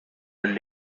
and